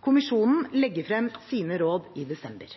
Kommisjonen legger frem sine råd i desember.